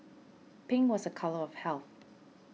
pink was a colour of health